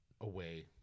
away